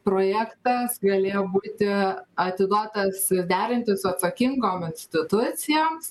projektas galėjo būti atiduotas derinti su atsakingom institucijoms